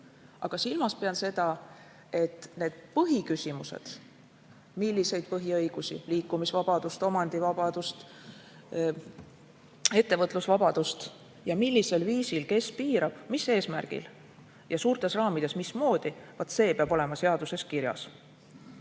Pean silmas, et need põhiküsimused, milliseid põhiõigusi – liikumisvabadust, omandivabadust, ettevõtlusvabadust – ja millisel viisil kes piirab, mis eesmärgil, ja suurtes raamides ka see, mismoodi [piiratakse] – vaat see peab olema seaduses kirjas.